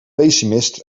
pessimist